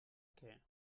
que